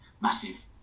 massive